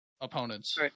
Opponents